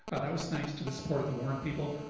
ah that was thanks to the support of the warren people.